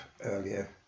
earlier